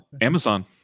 amazon